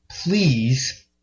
please